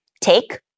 take